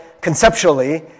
conceptually